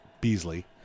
Beasley